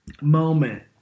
moment